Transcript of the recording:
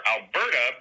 Alberta